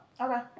okay